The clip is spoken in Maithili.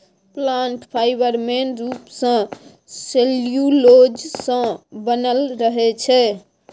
प्लांट फाइबर मेन रुप सँ सेल्युलोज सँ बनल रहै छै